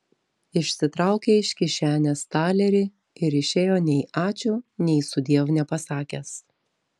išsitraukė iš kišenės talerį ir išėjo nei ačiū nei sudiev nepasakęs